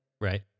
right